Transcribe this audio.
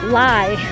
lie